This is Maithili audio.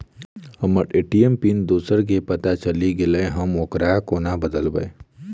हम्मर ए.टी.एम पिन दोसर केँ पत्ता चलि गेलै, हम ओकरा कोना बदलबै?